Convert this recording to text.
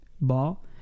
ball